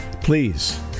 Please